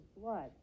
blood